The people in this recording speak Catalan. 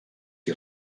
qui